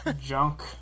junk